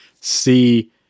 see